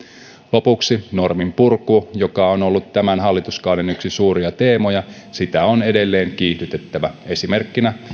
lopuksi norminpurkua joka on ollut tämän hallituskauden yksi suuria teemoja on edelleen kiihdytettävä esimerkkinä